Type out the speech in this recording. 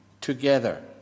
together